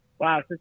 Wow